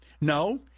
No